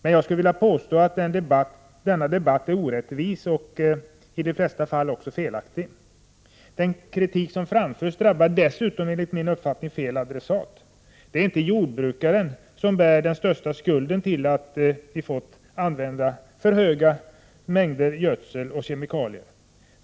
Men jag vill hävda att denna debatt är orättvis och i de allra flesta fall felaktig. Den kritik som framförs drabbar, enligt min uppfattning, fel adressat. Det är inte jordbrukaren som är skuld till att vi har fått använda för stora mängder gödsel och kemikalier.